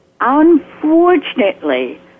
Unfortunately